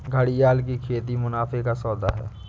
घड़ियाल की खेती मुनाफे का सौदा है